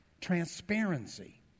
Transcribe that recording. Transparency